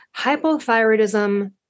hypothyroidism